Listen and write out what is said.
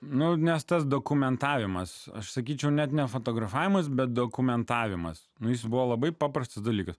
nu nes tas dokumentavimas aš sakyčiau net ne fotografavimas bet dokumentavimas na jis buvo labai paprastas dalykas